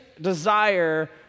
desire